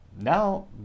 now